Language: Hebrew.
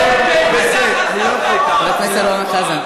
אני עושה הבדל גדול בין אותם אזרחי ישראל לבין מי שאינם אזרחי ישראל.